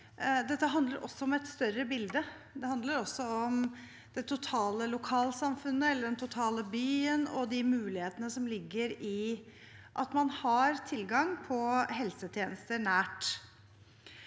dette handler om et større bilde. Det handler også om det totale lokalsamfunnet eller den totale byen og de mulighetene som ligger i at man har tilgang på helsetjenester nær